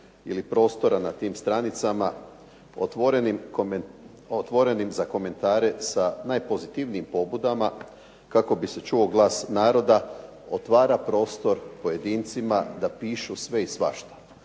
ili prostora na tim stranicama otvorenim za komentare sa najpozitivnijim pobudama kako bi se čuo glas naroda otvara prostor pojedincima da pišu sve i svašta.